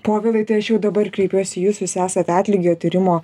povilai tai aš jau dabar kreipiuosi į jus jūs esate atlygio tyrimo